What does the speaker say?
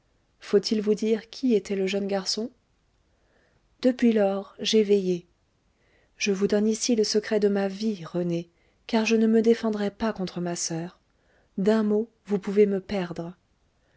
faut-il vous dire qui était le jeune garçon depuis lors j'ai veillé je vous donne ici le secret de ma vie rené car je ne me défendrais pas contre ma soeur d'un mot vous pouvez me perdre